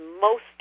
mostly